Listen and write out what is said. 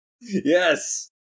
yes